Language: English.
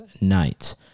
night